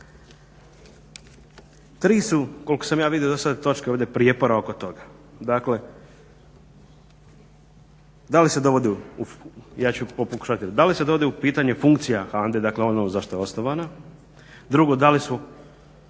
Tri su koliko sam ja vidio do sada točke prijepora oko toga. Dakle da li se dovodi u pitanje funkcija HANDA-e, dakle ono za što je osnovana, drugo da li su